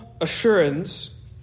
assurance